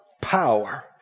power